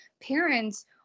parents